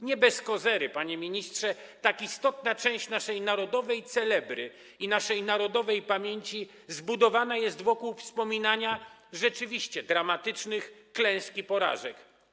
Nie bez kozery, panie ministrze, tak istotna część naszej narodowej celebry i naszej narodowej pamięci zbudowana jest wokół wspominania rzeczywiście dramatycznych klęsk i porażek.